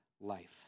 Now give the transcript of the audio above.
life